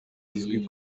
bizwi